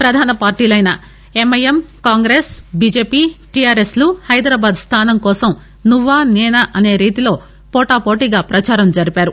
ప్రధాన పార్లీలైన ఎంఐఎం కాంగ్రెస్ బిజెపి టిఆర్ఎస్ లు హైదరాబాద్ స్థానం కోసం నువ్వా సేనా అసే రీతిలో పోటాపోటీగా ప్రచారం జరిపాయి